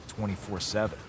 24-7